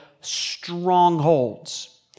strongholds